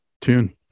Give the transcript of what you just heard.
tune